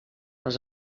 les